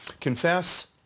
confess